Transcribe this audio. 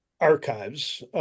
archives